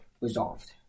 resolved